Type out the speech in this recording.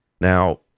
Now